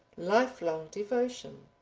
lifelong devotion.